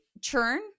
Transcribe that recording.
churn